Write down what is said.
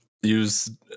use